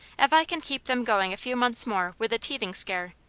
if i can keep them going a few months more with a teething scare,